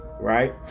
Right